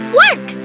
work